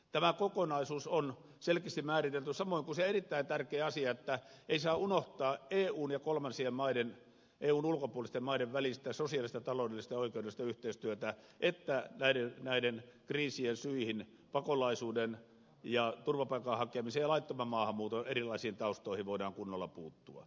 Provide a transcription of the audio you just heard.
tämä kokonaisuus on selkeästi määritelty samoin kuin se erittäin tärkeä asia että ei saa unohtaa eun ja kolmansien maiden eun ulkopuolisten maiden välistä sosiaalista taloudellista ja oikeudellista yhteistyötä että näiden kriisien syihin pakolaisuuden ja turvapaikan hakemisen ja laittoman maahanmuuton erilaisiin taustoihin voidaan kunnolla puuttua